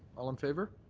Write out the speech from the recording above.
all in favour?